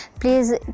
please